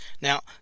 Now